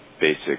basic